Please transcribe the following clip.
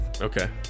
Okay